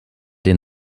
den